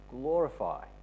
glorify